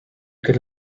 can